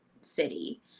city